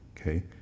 okay